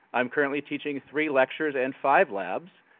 um currently teaching three lectures and five labs.